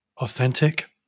authentic